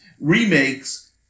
remakes